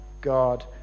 god